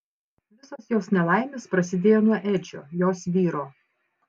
visos jos nelaimės prasidėjo nuo edžio jos vyro